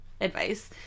advice